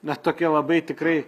na tokia labai tikrai